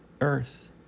earth